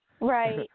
Right